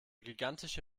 gigantische